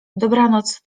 dobranoc